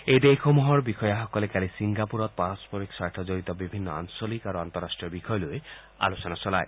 এই দেশসমূহৰ বিষয়াসকলে কালি ছিংগাপুৰত পাৰস্পৰিক স্বাৰ্থ জড়িত বিভিন্ন আঞ্চলিক আৰু আন্তঃৰাষ্টীয় বিষয় লৈ আলোচনা চলায়